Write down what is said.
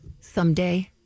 someday